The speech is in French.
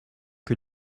que